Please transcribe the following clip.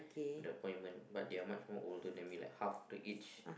the appointment but they are much more older than me like half the age